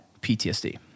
PTSD